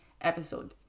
episode